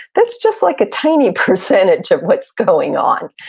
that's just like a tiny percentage of what's going on.